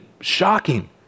shocking